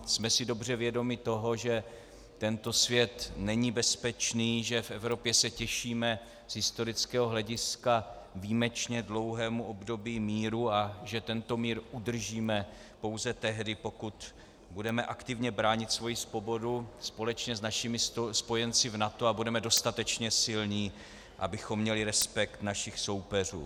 Jsme si dobře vědomi toho, že tento svět není bezpečný, že v Evropě se těšíme z historického hlediska výjimečně dlouhému období míru a že tento mír udržíme pouze tehdy, pokud budeme aktivně bránit svoji svobodu společně s našimi spojenci v NATO a budeme dostatečně silní, abychom měli respekt našich soupeřů.